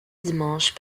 dimanche